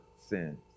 sins